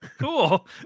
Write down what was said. Cool